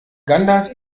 gandalf